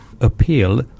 appeal